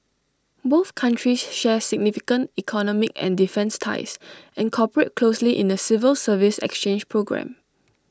both countries share significant economic and defence ties and cooperate closely in A civil service exchange programme